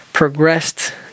progressed